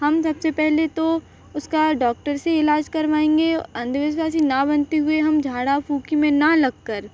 हम सबसे पहले तो उसका डॉक्टर से इलाज करवाएँगे अंधविश्वासी ना बनते हुए हम झाड़ा फूकी में ना लगकर